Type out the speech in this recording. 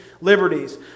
liberties